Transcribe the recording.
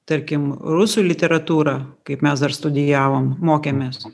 tarkim rusų literatūrą kaip mes dar studijavom mokėmės